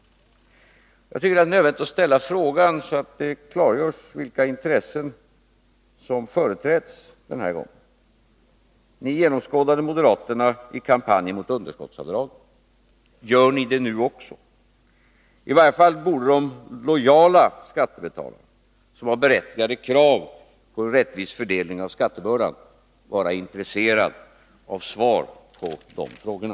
Jag tycker att det är nödvändigt att ställa de frågorna, så att det klargörs vilka intressen som företräds den här gången. Ni genomskådade moderaterna i kampanjen mot underskottsavdraget, gör ni det nu också? I varje fall borde de lojala skattebetalarna, som har berättigade krav på en rättvis fördelning av skattebördan, vara intresserade av svar på de frågorna.